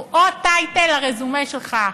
הוא עוד טייטל לרזומה שלך.